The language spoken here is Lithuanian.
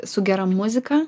su gera muzika